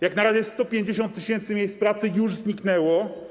Jak na razie 150 tys. miejsc pracy już zniknęło.